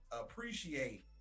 appreciate